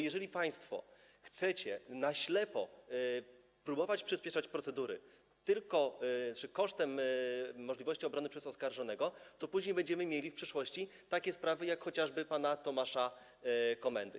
Jeżeli państwo chcecie na ślepo próbować przyspieszać procedury kosztem możliwości obrony przez oskarżonego, to będziemy mieli w przyszłości takie sprawy, jak chociażby pana Tomasza Komendy.